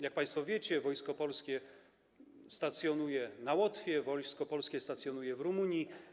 Jak państwo wiecie, Wojsko Polskie stacjonuje na Łotwie, Wojsko Polskie stacjonuje w Rumunii.